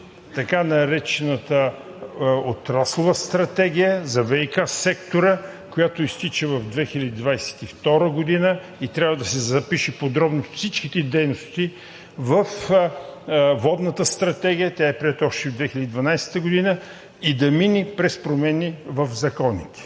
така наречената Отраслова стратегия за ВиК сектора, която изтича в 2022 г., и трябва да се запишат подробно всичките дейности във водната стратегия, тя е приета още 2012 г. и да мине през промени в законите.